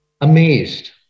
Amazed